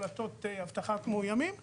בעקבות אירועי האלימות ואירועים של מורים מאוימים.